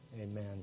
Amen